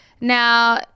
Now